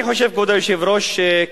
כבוד היושב-ראש,